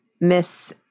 Miss